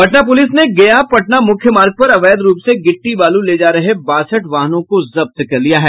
Patna police ने गया पटना मुख्य मार्ग पर अवैध रूप से गिट्टी बालू ले जा रहे बासठ वाहनों को जब्त किया है